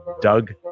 Doug